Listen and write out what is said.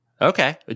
okay